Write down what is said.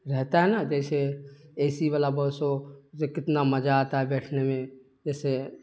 رہتا ہے نا جیسے اے سی والا بس ہو کتنا مزہ آتا ہے بیٹھنے میں جیسے